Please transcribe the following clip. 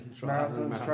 marathons